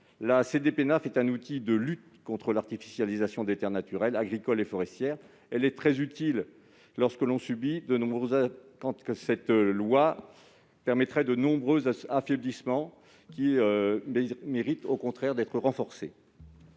La CDPENAF est un outil de lutte contre l'artificialisation des terres naturelles, agricoles et forestières. Elle est très utile ; ce texte l'affaiblit, alors qu'elle mériterait au contraire d'être renforcée.